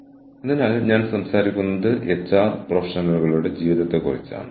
എന്തായാലും നിങ്ങൾക്ക് അറിയാമോ വ്യത്യസ്ത വിഷയങ്ങളിൽ വിദഗ്ധരായ വ്യത്യസ്ത ആളുകളുടെ പിന്തുണ നിങ്ങൾക്ക് ആവശ്യമാണ്